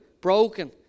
broken